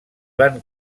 van